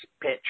pitch